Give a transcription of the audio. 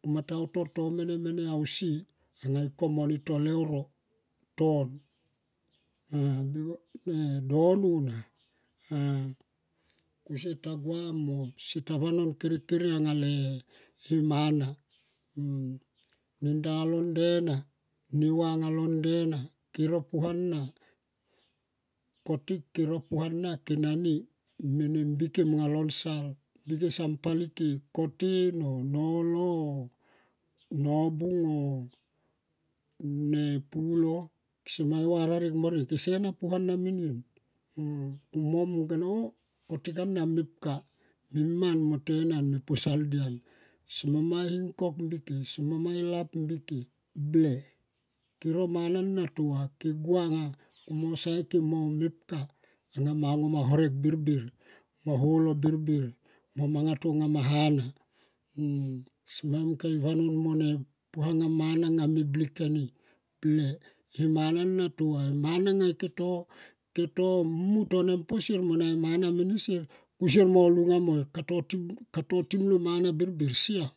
Kuma ta utor to mene mene ausi anga ikom mo to leuro ton bekos dono ha ah kusie ta sua mo kusie ta vanom kere kere anga le mana. ne tanga longe na ke ro puana kotik kero puana ke nani mene mbike mo nga lo nsal mbike son pale ke koten oh nolo oh nobung oh gne pulo kese me i vararek mo horek. Kese na pua na menien mo mung kone oh kotik ana mepka miman mo tenan me posal dian. Somoma hing kok mbike somomai lap mbike ble kero mana tova ke gua mo sae ke mo mepka anga ma e ngo ma horek birbir mo mepka anga ma e ngo ma horek birbir mo manga tonga ma hana sama i mung kone i vanon mo puanga ma hana anga me blik ke ni ble mana na tova mana na ke to mu to po sier mo to na e mana mene sier. Kato timlo e mana birbir siam